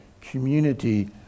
community